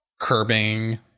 curbing